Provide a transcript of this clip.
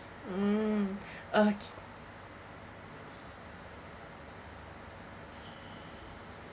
mm okay